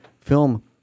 film